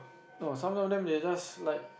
no some of them they just like